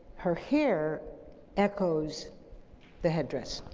her hair echos the headdress.